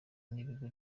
bigirwa